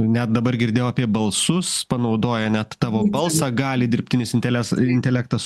net dabar girdėjau apie balsus panaudoja net tavo balsą gali dirbtinis inteles intelektas